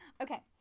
okay